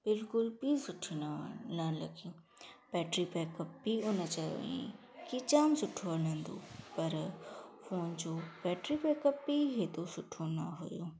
बिल्कुलु बि सुठी न न लॻी बैट्री पैकअप बि हुन चयो हुयई की जाम सुठो हलंदो पर फ़ोन जो बैट्री पैकअप बि हेॾो सुठो न हुओ